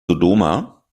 dodoma